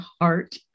heart